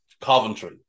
Coventry